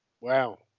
Wow